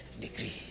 degree